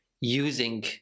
using